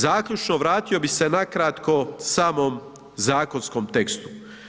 Zaključno, vratio bih se nakratko samom zakonskom tekstu.